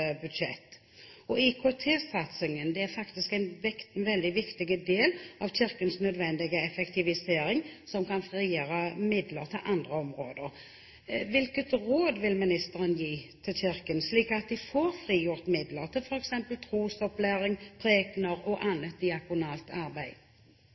det er tidenes dårligste budsjett. IKT-satsingen er faktisk en veldig viktig del av Kirkens nødvendige effektivisering, som kan frigjøre midler til andre områder. Hvilket råd vil ministeren gi til Kirken, slik at de får frigjort midler til f.eks. trosopplæring, prekener og